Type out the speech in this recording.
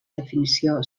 definició